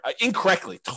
incorrectly